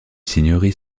seigneuries